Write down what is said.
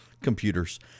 Computers